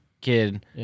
kid